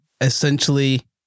Essentially